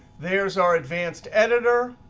there's our advanced editor.